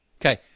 Okay